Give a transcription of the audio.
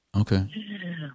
Okay